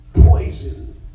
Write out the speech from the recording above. poison